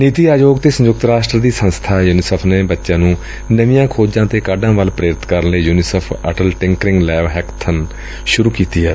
ਨੀਤੀ ਆਯੋਗ ਅਤੇ ਸੰਯੁਕਤ ਰਾਸ਼ਟਰ ਦੀ ਸੰਸਬਾ ਯੂਨੀਸੈਫ਼ ਨੇ ਬੱਚਿਆਂ ਨੂੰ ਨਵੀਆਂ ਖੋਜਾਂ ਅਤੇ ਕਾਢਾਂ ਵੱਲ ਪ੍ਰੇਰਿਤ ਕਰਨ ਲਈ UNICEF Atal tinkering lab hackathon ਸੁਰੂ ਕੀਤੀ ਏ